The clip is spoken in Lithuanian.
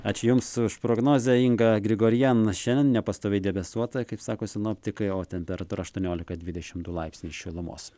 ačiū jums už prognozę inga grigorian šiandien nepastoviai debesuota kaip sako sinoptikai o temperatūra aštuoniolika dvidešimt du laipsniai šilumos